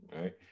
right